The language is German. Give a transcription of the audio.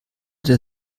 der